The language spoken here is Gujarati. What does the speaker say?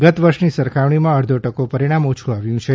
ગત વર્ષની સરખામણીમાં અડધો ટકો પરિણામ ઓછું આવ્યું છે